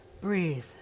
Breathe